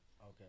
Okay